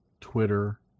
Twitter